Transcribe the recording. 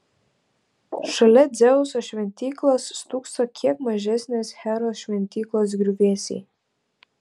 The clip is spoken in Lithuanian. šalia dzeuso šventyklos stūkso kiek mažesnės heros šventyklos griuvėsiai